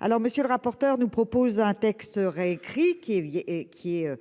alors monsieur le rapporteur nous propose un texte réécrit qui est, qui est